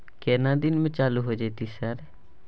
केतना दिन में चालू होय जेतै सर?